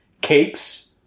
Cakes